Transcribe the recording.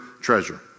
treasure